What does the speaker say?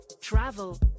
travel